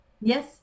Yes